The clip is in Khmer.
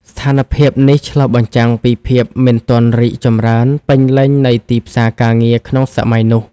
ស្ថានភាពនេះឆ្លុះបញ្ចាំងពីភាពមិនទាន់រីកចម្រើនពេញលេញនៃទីផ្សារការងារក្នុងសម័យនោះ។